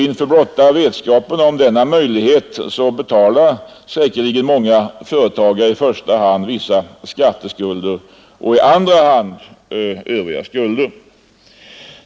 Inför blotta vetskapen om denna möjlighet betalar säkerligen många företagare i första hand vissa skatteskulder och i andra hand övriga skulder.